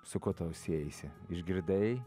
su kuo tau siejasi išgirdai